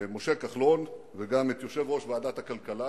משה כחלון וגם את יושב-ראש ועדת הכלכלה